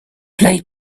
play